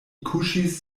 kuŝis